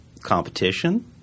competition